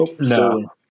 No